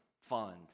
fund